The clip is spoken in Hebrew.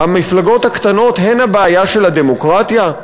המפלגות הקטנות הן הבעיה של הדמוקרטיה?